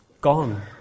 gone